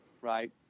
right